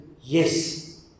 yes